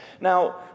Now